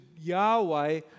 Yahweh